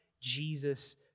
Jesus